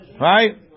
Right